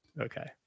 Okay